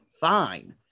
fine